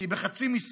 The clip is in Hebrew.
כי היא בחצי משרה,